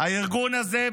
הארגון הזה,